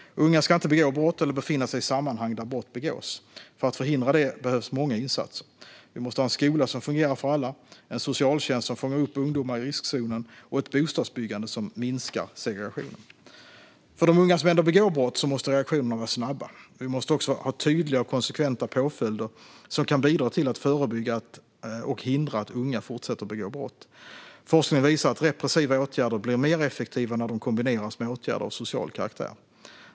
Unga ska inte begå brott eller befinna sig i sammanhang där brott begås. För att förhindra det behövs många insatser. Vi måste ha en skola som fungerar för alla, en socialtjänst som fångar upp ungdomar i riskzonen och ett bostadsbyggande som minskar segregationen. För de unga som ändå begår brott måste reaktionerna vara snabba. Vi måste också ha tydliga och konsekventa påföljder som kan bidra till att förebygga och hindra att unga fortsätter begå brott. Forskning visar att repressiva åtgärder blir mer effektiva när de kombineras med åtgärder av social karaktär.